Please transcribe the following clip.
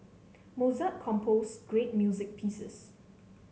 Mozart composed great music pieces